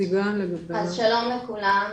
שלום לכולם.